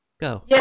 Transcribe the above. go